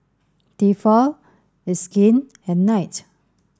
Tefal it's skin and knight